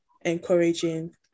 encouraging